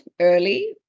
early